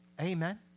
Amen